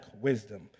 wisdom